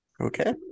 Okay